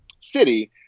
city